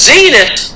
Zenith